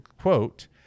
quote